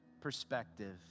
perspective